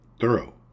Thorough